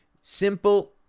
Simple